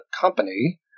company